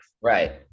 Right